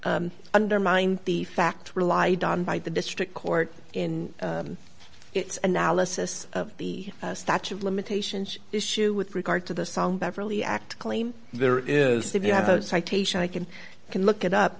that undermined the fact relied on by the district court in its analysis of the statue of limitations issue with regard to the song beverly act claim there is if you have a citation i can can look it up